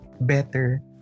better